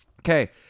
Okay